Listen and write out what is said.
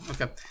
okay